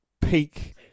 peak